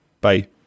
Bye